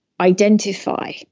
identify